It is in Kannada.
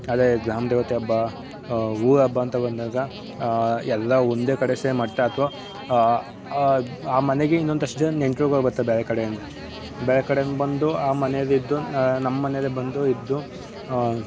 ಅದೇ ಗ್ರಾಮ ದೇವತೆ ಹಬ್ಬ ಊರ ಹಬ್ಬ ಅಂತ ಬಂದಾಗ ಎಲ್ಲ ಒಂದೇ ಕಡೆ ಸೇರಿ ಮಾಡ್ತಾ ಅಥ್ವಾ ಆ ಮನೆಗೆ ಇನ್ನೊಂದು ಅಷ್ಟು ಜನ ನೆಂಟ್ರುಗಳು ಬರ್ತಾರೆ ಬೇರೆ ಕಡೆಯಿಂದ ಬೇರೆ ಕಡೆಯಿಂದ ಬಂದು ಆ ಮನೆಯಲ್ಲಿದ್ದು ನಮ್ಮನೆಯಲ್ಲೆ ಬಂದು ಇದ್ದು